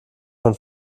von